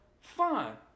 fine